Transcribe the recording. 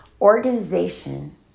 organization